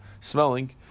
smelling